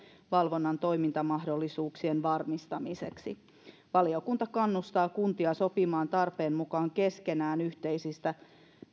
valvonnan toimintamahdollisuuksien varmistamiseksi valiokunta kannustaa kuntia sopimaan tarpeen mukaan keskenään yhteisistä